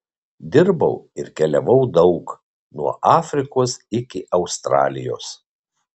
dirbau ir keliavau daug nuo afrikos iki australijos